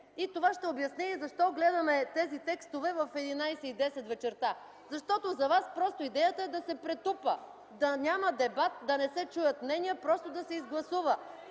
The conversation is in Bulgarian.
Това ще обясни защо гледаме тези текстове в 23,10 ч. вечерта. Защото за вас идеята е просто да се претупа, да няма дебат, да не се чуят мнения, а просто да се изгласува.